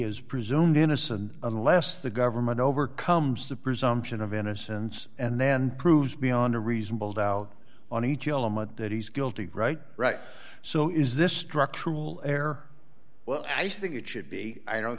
is presumed innocent unless the government overcomes the presumption of innocence and then proves beyond a reasonable doubt on each element that he's guilty greit so is this structural error well i think it should be i don't